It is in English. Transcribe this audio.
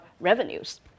revenues